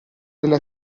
delle